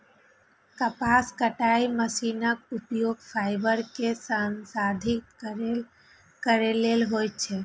कपास कताइ मशीनक उपयोग फाइबर कें संसाधित करै लेल होइ छै